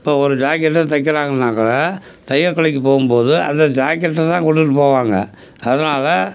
இப்போ ஒரு ஜாக்கெட்டு தைக்கிறாங்கன்னா கூட தையல் கடைக்கு போகும் போது அந்த ஜாக்கெட்டை தான் கொண்டுட்டு போவாங்க அதனால்